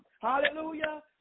hallelujah